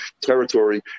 territory